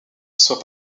soit